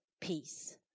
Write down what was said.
peace